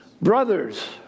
brothers